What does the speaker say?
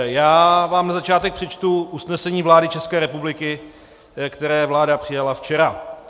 Já vám na začátek přečtu usnesení vlády České republiky, které vláda přijala včera.